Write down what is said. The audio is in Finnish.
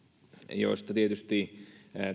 joista tietysti